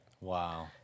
Wow